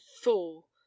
fool